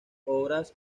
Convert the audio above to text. obras